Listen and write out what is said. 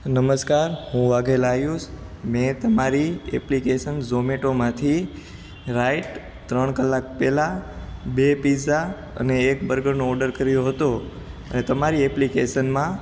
નમસ્કાર હું વાધેલા આયુષ મેં તમારી એપ્લીકેશન જોમેટોમાથી રાઇટ ત્રણ કલાક પહેલા બે પીઝા અને એક બર્ગરનો ઓડર કર્યો હતો અને તમારી એપ્લીકેશનમાં